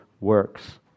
works